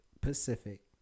Pacific